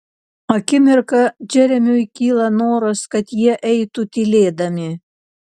akimirką džeremiui kyla noras kad jie eitų tylėdami